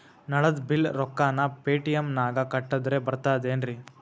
ನಳದ್ ಬಿಲ್ ರೊಕ್ಕನಾ ಪೇಟಿಎಂ ನಾಗ ಕಟ್ಟದ್ರೆ ಬರ್ತಾದೇನ್ರಿ?